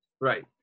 Right